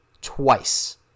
Twice